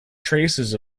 traces